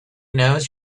knows